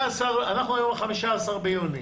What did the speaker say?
אנחנו היום ב-14 ביוני.